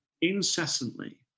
incessantly